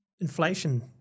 inflation